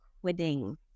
quitting